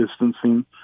distancing